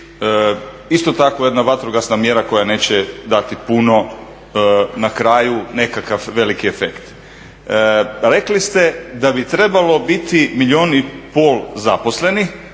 isto tako jedna vatrogasna mjera koja neće dati puno na kraju nekakav veliki efekt. Rekli ste da bi trebalo biti milijun i pol zaposlenih.